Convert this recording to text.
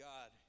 God